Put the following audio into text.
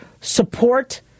support